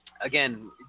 Again